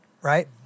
right